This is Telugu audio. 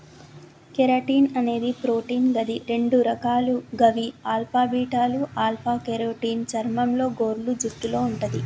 కెరటిన్ అనేది ప్రోటీన్ గది రెండు రకాలు గవి ఆల్ఫా, బీటాలు ఆల్ఫ కెరోటిన్ చర్మంలో, గోర్లు, జుట్టులో వుంటది